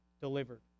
delivered